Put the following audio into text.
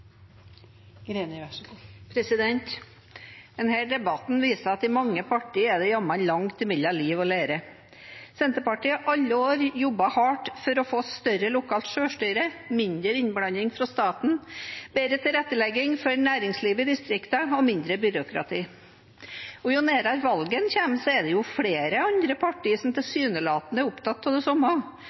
i alle år jobbet hardt for å få større lokalt selvstyre, mindre innblanding fra staten, bedre tilrettelegging for næringslivet i distriktene og mindre byråkrati. Jo nærmere valget en kommer, er det flere andre partier som tilsynelatende er opptatt av det samme.